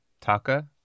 Taka